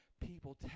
people